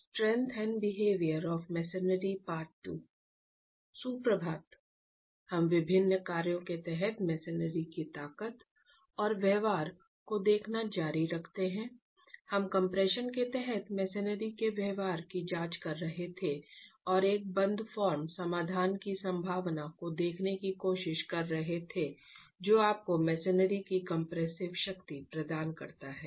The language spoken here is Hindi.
सुप्रभात हम विभिन्न कार्यों के तहत मसनरी की ताकत और व्यवहार को देखना जारी रखते हैं हम कम्प्रेशन के तहत मसनरी के व्यवहार की जांच कर रहे थे और एक बंद फॉर्म समाधान की संभावना को देखने की कोशिश कर रहे थे जो आपको मसनरी की कंप्रेसिव शक्ति प्रदान करता है